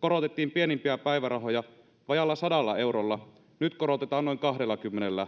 korotettiin pienimpiä päivärahoja vajaalla sadalla eurolla nyt korotetaan noin kahdellakymmenellä